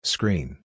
Screen